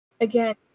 Again